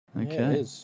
Okay